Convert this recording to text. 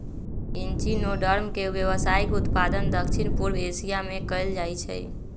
echinoderm के व्यावसायिक उत्पादन दक्षिण पूर्व एशिया में कएल जाइ छइ